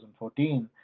2014